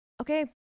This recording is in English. Okay